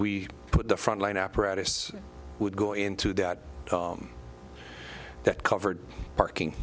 we put the front line apparatus would go into that that covered parking